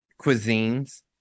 cuisines